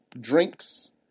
drinks